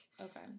Okay